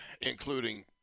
including